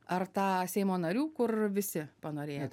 ar tą seimo narių kur visi panorėję